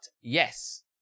yes